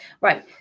right